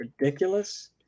ridiculous